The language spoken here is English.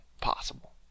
possible